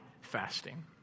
fasting